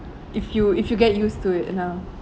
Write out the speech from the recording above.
if you if you get used to it now